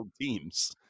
teams